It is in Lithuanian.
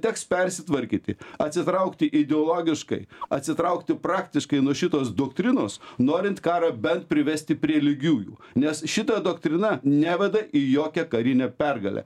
teks persitvarkyti atsitraukti ideologiškai atsitraukti praktiškai nuo šitos doktrinos norint karą bent privesti prie lygiųjų nes šita doktrina neveda į jokią karinę pergalę